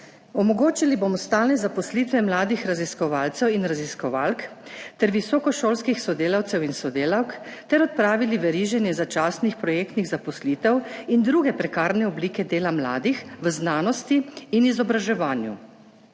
»Omogočili bomo stalne zaposlitve mladih raziskovalcev in raziskovalk ter visokošolskih sodelavcev in sodelavk ter odpravili veriženje začasnih projektnih zaposlitev in druge prekarne oblike dela mladih v znanosti in izobraževanju.